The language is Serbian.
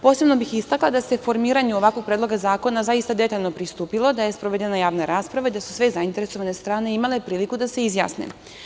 Posebno bih istakla da se formiranju ovakvog Predloga zakona, zaista detaljno pristupilo, da je sprovedena javna rasprava i da su sve zainteresovane strane imale priliku da se izjasne.